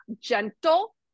gentle